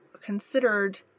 considered